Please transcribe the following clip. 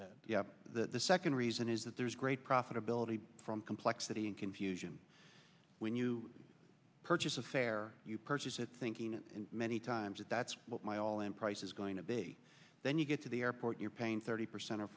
her the second reason is that there is great profitability from complexity and confusion when you purchase a fare you purchase it thinking and many times that that's what my all and price is going to be then you get to the airport you're paying thirty percent or